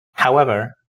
however